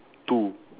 two